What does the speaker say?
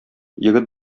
егет